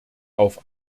auf